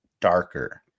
darker